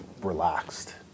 relaxed